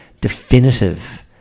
definitive